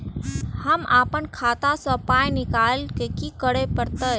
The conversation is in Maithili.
हम आपन खाता स पाय निकालब की करे परतै?